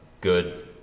good